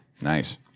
Nice